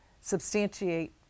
substantiate